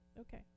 Okay